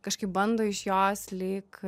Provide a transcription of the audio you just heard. kažkaip bando iš jos lyg